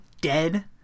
dead